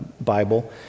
Bible